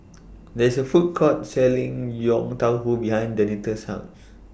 There IS A Food Court Selling Yong Tau Foo behind Denita's House